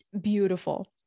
beautiful